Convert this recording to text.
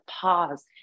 pause